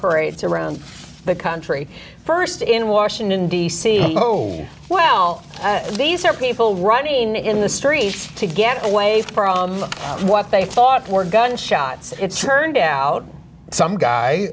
parades around the country st in washington d c well these are people running in the street to get away from what they thought were gunshots it's turned out some guy